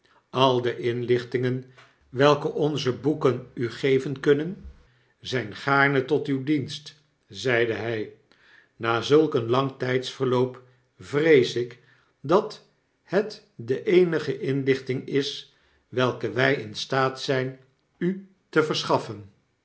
a de inlichtingen welke onze boeken u geven kunnen zyn gaarne tot uw dienst zeide hy na zulk een tang tfldverlooi vrees ik dat het de eenige inlichting is welke wj in staat zgn u te verschaffen